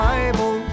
Bible